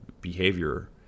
behavior